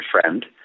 friend